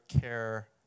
care